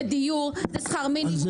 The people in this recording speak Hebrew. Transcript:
זה דיור, זה שכרר מינימום, זה פרנסה, זה לא זה.